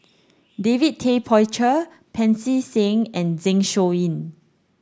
David Tay Poey Cher Pancy Seng and Zeng Shouyin